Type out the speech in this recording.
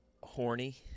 horny